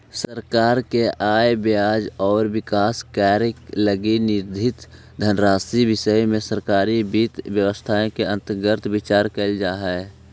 सरकार के आय व्यय आउ विकास कार्य लगी निर्धारित धनराशि के विषय में सरकारी वित्त व्यवस्था के अंतर्गत विचार कैल जा हइ